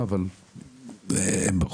הצליח להגיע